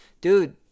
dude